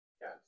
Yes